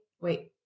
wait